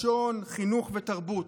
לשון, חינוך ותרבות."